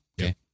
Okay